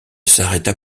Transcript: s’arrêta